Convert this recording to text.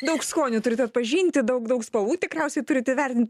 daug skonių turit atpažinti daug daug spalvų tikriausiai turit įvertint